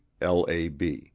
lab